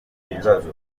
ibibazo